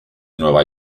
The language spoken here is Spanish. nueva